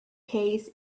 case